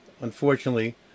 Unfortunately